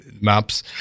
maps